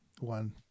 one